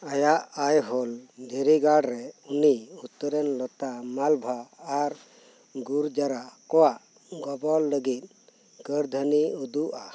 ᱟᱭᱟᱜ ᱟᱭᱦᱳᱞ ᱫᱷᱤᱨᱤᱜᱟᱲ ᱨᱮ ᱩᱱᱤ ᱩᱛᱛᱚᱨᱮᱱ ᱞᱚᱛᱟ ᱢᱟᱞᱵᱷᱟ ᱟᱨ ᱜᱩᱨᱡᱟᱨᱟ ᱠᱚᱣᱟᱜ ᱜᱚᱵᱚᱞ ᱞᱟᱹᱜᱤᱫ ᱠᱷᱟᱫᱷᱟᱹᱱᱤᱭ ᱩᱫᱩᱜᱼᱟ